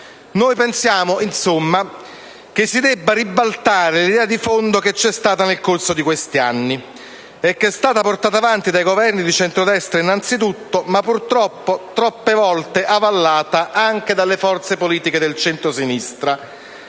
Pensiamo insomma che si debba ribaltare l'idea di fondo che c'è stata nel corso di questi anni e che è stata portata avanti dai Governi di centrodestra innanzitutto, ma purtroppo troppe volte avallata anche dalle forze politiche del centrosinistra,